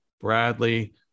Bradley